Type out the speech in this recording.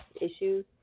issues